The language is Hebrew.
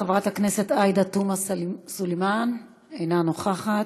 חברת הכנסת עאידה תומא סלימאן, אינה נוכחת,